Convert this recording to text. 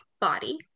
body